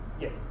Yes